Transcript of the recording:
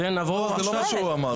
לא, זה לא מה שהוא אמר.